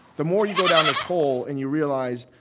the more you go down this hole and you realize,